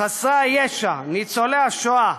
חסרי הישע, ניצולי השואה,